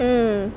mm